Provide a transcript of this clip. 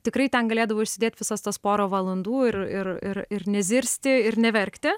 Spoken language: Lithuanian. tikrai ten galėdavau išsėdėt visas tas porą valandų ir ir ir ir nezirsti ir neverkti